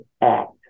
act